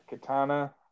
katana